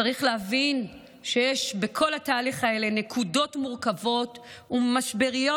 צריך להבין שיש בכל התהליך הזה נקודות מורכבות ומשבריות